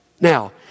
Now